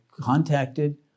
contacted